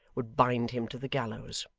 would bind him to the gallows.